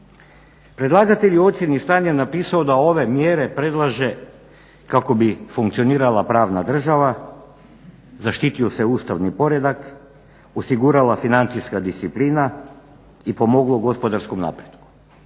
Predlagatelj je u ocjeni stanja napisao da ove mjere predlaže kako bi funkcionirala pravna država, zaštitio se ustavni poredak, osigurala financijska disciplina i pomoglo gospodarskom napretku.